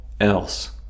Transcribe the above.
else